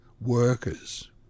workers